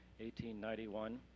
1891